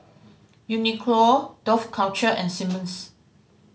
Uniqlo Dough Culture and Simmons